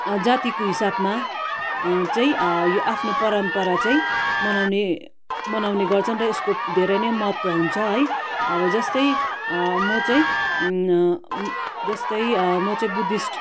जातिको हिसाबमा चाहिँ यो आफ्नो परम्परा चाहिँ मनाउने मनाउने गर्छन् र यसको धेरै नै महत्त्व हुन्छ है अब जस्तै म चाहिँ जस्तै म चाहिँ बुद्धिस्ट